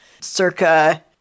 Circa